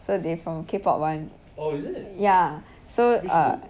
so they from K-pop [one] ya so uh